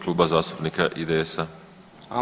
Kluba zastupnika IDS-a.